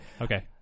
Okay